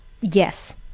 Yes